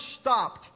stopped